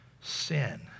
sin